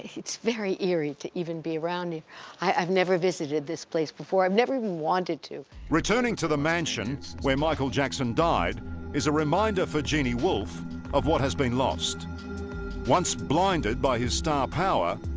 it's very eerie to even be around you i've never visited this place before i've never even wanted to returning to the mansion where michael jackson died is a reminder for jeanne wolff of what has been lost once blinded by his star power.